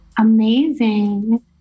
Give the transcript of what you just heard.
Amazing